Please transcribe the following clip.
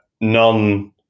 non